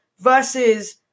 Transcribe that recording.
Versus